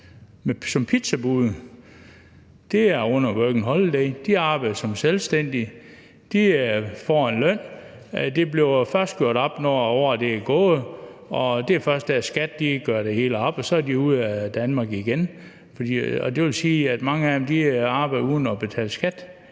som pizzabude, er under working holiday-ordningen. De arbejder som selvstændige. De får en løn. Det bliver først gjort op, når året er gået, og det er først der, skattevæsenet gør det hele op, og så er de ude af Danmark igen. Det vil sige, at mange af dem arbejder uden at betale skat